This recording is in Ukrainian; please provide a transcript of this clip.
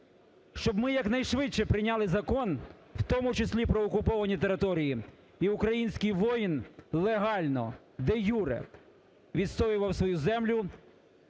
щоб ми якнайшвидше прийняли закон, в тому числі про окуповані території, і український воїн легально, де-юре відстоював свою землю,